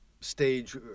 stage